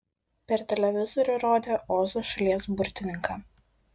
per televizorių rodė ozo šalies burtininką